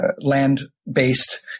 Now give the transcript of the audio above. land-based